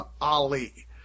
Ali